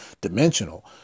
dimensional